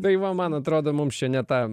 tai va man atrodo mums čia ne tą